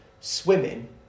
swimming